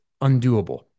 undoable